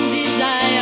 desire